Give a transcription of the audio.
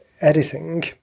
editing